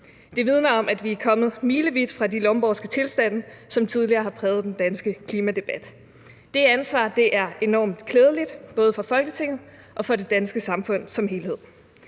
Det vidner om, at vi er kommet milevidt fra de lomborgske tilstande, som tidligere har præget den danske klimadebat. Det ansvar er enormt klædeligt, både for Folketinget og for det danske samfund som helhed.